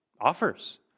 offers